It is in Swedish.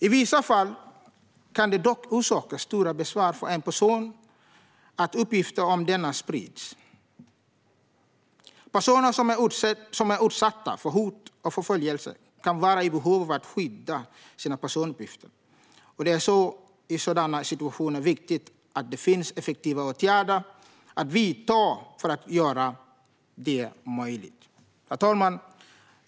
I vissa fall kan det dock orsaka stora besvär för en person att uppgifter om denne sprids. Personer som är utsatta för hot och förföljelse kan vara i behov av att skydda sina personuppgifter, och det är i sådana situationer viktigt att det finns effektiva åtgärder att vidta för att göra det möjligt. Herr talman!